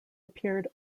appeared